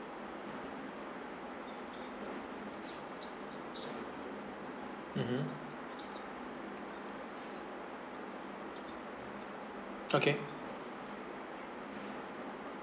mmhmm okay